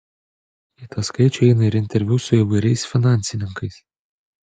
į tą skaičių įeina ir interviu su įvairiais finansininkais